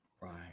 Right